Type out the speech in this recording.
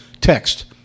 text